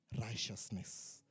righteousness